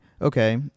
okay